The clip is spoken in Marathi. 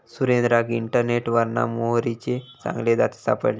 सुरेंद्राक इंटरनेटवरना मोहरीचे चांगले जाती सापडले